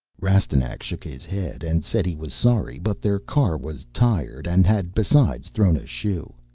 rastignac shook his head and said he was sorry but their car was tired and had, besides, thrown a shoe.